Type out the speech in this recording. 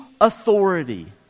authority